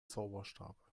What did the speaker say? zauberstab